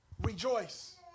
Rejoice